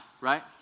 right